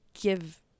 give